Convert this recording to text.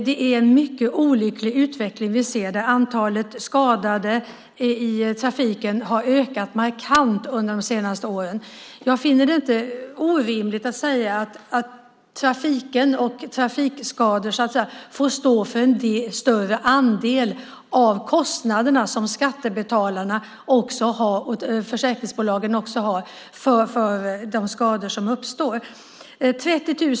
Det är en mycket olycklig utveckling vi ser där antalet skadade i trafiken har ökat markant under de senaste åren. Jag finner det inte orimligt att säga att trafiken och trafikskador får stå för en större andel av kostnaderna som skattebetalarna och också försäkringsbolagen har för de skador som uppstår.